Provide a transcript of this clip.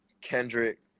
Kendrick